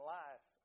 life